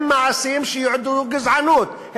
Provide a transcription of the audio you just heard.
הם מעשים שיעודדו גזענות,